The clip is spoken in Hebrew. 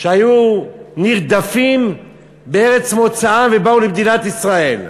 שהיו נרדפים בארץ מוצאם ובאו למדינת ישראל.